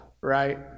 right